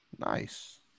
Nice